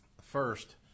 First